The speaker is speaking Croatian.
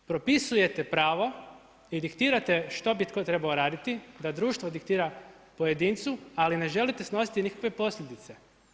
Propisujete pravo i diktirate što bi tko trebao raditi da društvo diktira pojedincu, ali ne želite snositi nikakve posljedice.